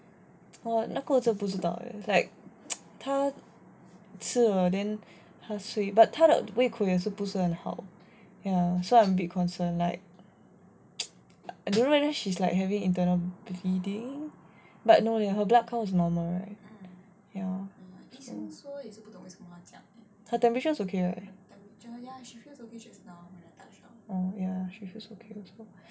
oh 那个我真不知道 eh like 她吃了 then 她睡 but 她的胃口也不是很好 ya so I'm a bit concerned like I don't know whether she's like having internal bleeding but no leh her blood count is normal right her temperatures is okay right oh ya she feels okay